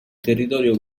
territorio